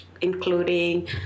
including